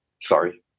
Sorry